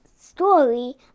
story